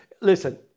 listen